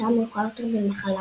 לקתה מאוחר יותר במחלה.